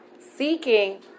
seeking